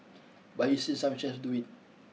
but he's seen some chefs do it